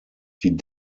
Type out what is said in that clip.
die